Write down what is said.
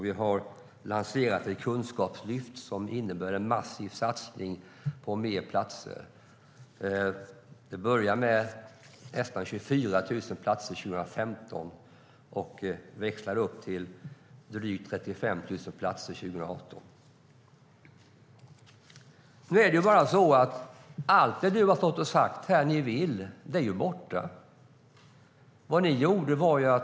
Vi har lanserat ett kunskapslyft som innebär en massiv satsning på fler platser. Det börjar med nästan 24 000 platser 2015 och växlar upp till drygt 35 000 platser 2018.Allt det Carina Herrstedt har sagt att Sverigedemokraterna vill är borta.